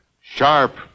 Sharp